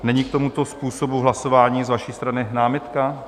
Není k tomuto způsobu hlasování z vaší strany námitka?